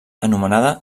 anomenada